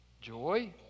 Joy